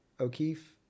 O'Keefe